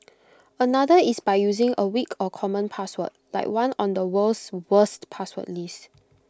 another is by using A weak or common password like one on the world's worst password list